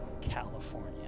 California